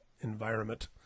environment